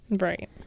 Right